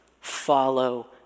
follow